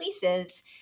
places